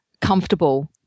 comfortable